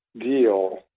deal